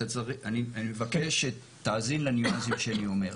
אני מבקש שתאזין לניואנסים שאני אומר.